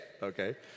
Okay